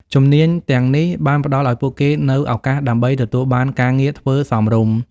ជំនាញទាំងនេះបានផ្តល់ឱ្យពួកគេនូវឱកាសដើម្បីទទួលបានការងារធ្វើសមរម្យ។